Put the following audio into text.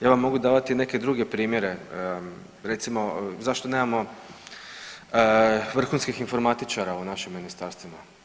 Ja vam mogu davati neke druge primjere, recimo, zašto nemamo vrhunskih informatičara u našim ministarstvima?